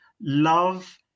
love